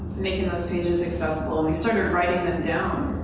making those pages accessible, and we started writing them down,